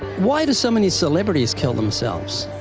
why do so many celebrities kill themselves?